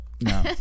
No